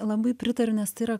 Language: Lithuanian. labai pritariu nes tai yra